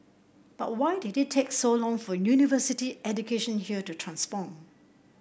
but why did it take so long for university education here to transform